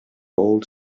old